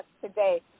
today